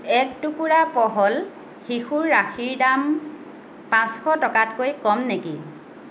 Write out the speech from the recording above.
এক টুকুৰা পহল শিশুৰ ৰাখীৰ দাম পাঁচশ টকাতকৈ কম নেকি